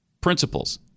principles